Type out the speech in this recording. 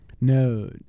No